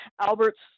Albert's